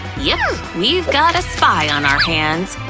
yeah we've got a spy on our hands.